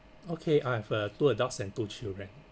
okay I have uh two adults and two children